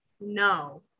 no